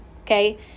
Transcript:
Okay